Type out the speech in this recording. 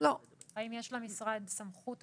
אם לא מגיעים אליו כאלה,